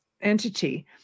entity